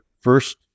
first